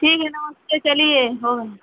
ठीक है नमस्ते चलिए हो गया